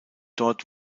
dort